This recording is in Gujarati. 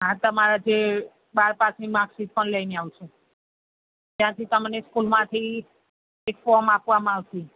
હા તમારા જે બાર પાસની માર્કશીટ પણ લઇને આવજો ત્યાંથી તમને સ્કૂલમાંથી એક ફોર્મ આપવામાં આવશે